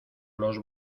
los